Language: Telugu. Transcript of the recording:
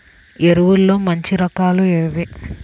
ఎరువుల్లో మంచి రకాలు ఏవి?